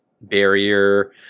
barrier